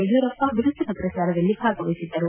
ಯಡಿಯೂರಪ್ಪ ಬಿರುಸಿನ ಪ್ರಚಾರದಲ್ಲಿ ಭಾಗವಹಿಸಿದ್ದರು